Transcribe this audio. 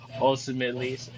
ultimately